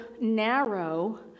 narrow